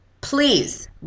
please